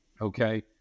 okay